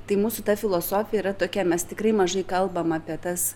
tai mūsų ta filosofija yra tokia mes tikrai mažai kalbam apie tas